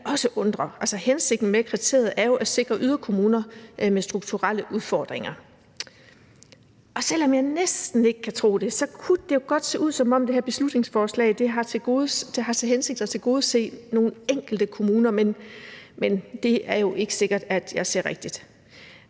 hensigten med kriteriet er jo at sikre yderkommuner med strukturelle udfordringer. Og selv om jeg næsten ikke kan tro det, kunne det jo godt se ud, som om det her beslutningsforslag har til hensigt at tilgodese nogle enkelte kommuner, men det er jo ikke sikkert, at jeg ser rigtigt.